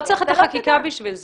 אתה לא צריך את החקיקה בשביל זה.